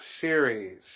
series